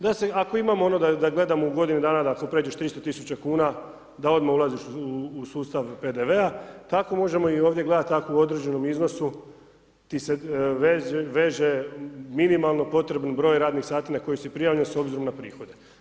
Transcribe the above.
Da se, ako imamo ono da gledamo u godini dana da ako pređeš 300000 kuna, da odmah ulaziš u sustav PDV-a, tako možemo i ovdje gledati ako u određenom iznosu ti se veže minimalno potrebno broj radnih sati na koji si prijavljen s obzirom na prihode.